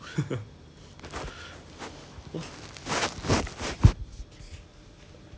oh ya ya ya but it was not not hotel setting lah for us outdoor 的 mah